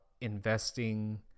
investing